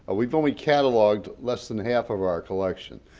but we've only cataloged less than half of our collection,